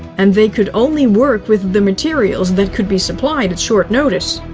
and they could only work with the materials that could be supplied at short notice.